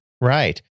Right